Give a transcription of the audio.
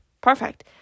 perfect